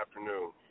afternoon